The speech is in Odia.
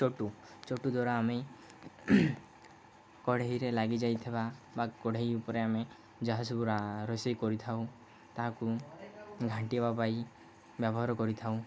ଚଟୁ ଚଟୁ ଦ୍ଵାରା ଆମେ କଢ଼େଇରେ ଲାଗିଯାଇଥିବା ବା କଢ଼େଇ ଉପରେ ଆମେ ଯାହା ସବୁ ରୋଷେଇ କରିଥାଉ ତାହାକୁ ଘାଣ୍ଟିିବା ପାଇଁ ବ୍ୟବହାର କରିଥାଉ